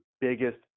biggest